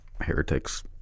heretics